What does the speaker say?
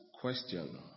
question